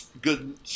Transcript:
good